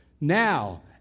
now